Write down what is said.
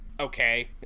okay